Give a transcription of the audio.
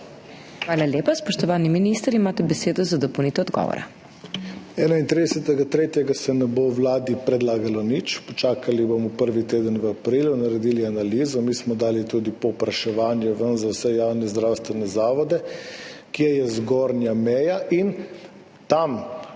Hvala lepa. Spoštovani minister, imate besedo za dopolnitev odgovora.